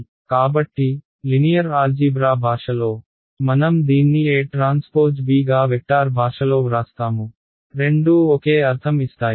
కాబట్టి linear algebra భాషలో మనం దీన్ని aTb గా వెక్టార్ భాషలో వ్రాస్తాము రెండూ ఒకే అర్థం ఇస్తాయి